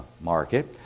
market